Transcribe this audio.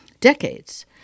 decades